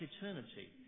eternity